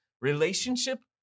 relationship